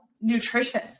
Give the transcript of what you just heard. nutrition